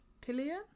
pillion